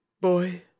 boy